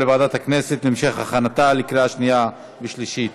ותועבר לוועדת הכנסת להמשך הכנתה לקריאה שנייה ושלישית.